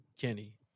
Kenny